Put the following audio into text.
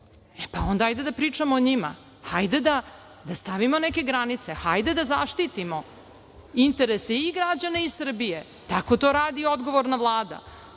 e pa onda ajde da pričamo o njima, ajde da stavimo neke granice. Ajde da zaštitimo interese i građana i Srbije. Tako to radi odgovorna Vlada,